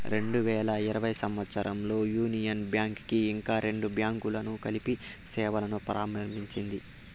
రెండు వేల ఇరవై సంవచ్చరంలో యూనియన్ బ్యాంక్ కి ఇంకా రెండు బ్యాంకులను కలిపి సేవలును ప్రారంభించింది